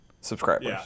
subscribers